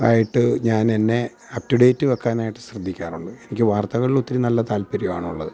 ആയിട്ട് ഞാൻ എന്നെ അപ്പ് റ്റു ഡേറ്റ് വെക്കാനായിട്ട് ശ്രദ്ധിക്കാറുണ്ട് എനിക്ക് വാർത്തകള് ഒത്തിരി നല്ല താല്പര്യമാണ് ഉള്ളത്